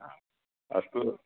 अ अस्तु